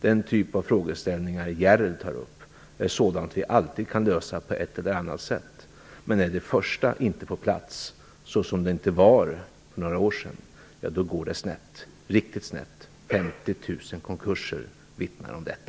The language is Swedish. Den typ av frågeställningar som Henrik S Järrel tar upp är sådant vi alltid kan lösa på ett eller annat sätt. Men är inte det första på plats, såsom det inte var för några år sedan, går det riktigt snett. 50 000 konkurser vittnar om detta.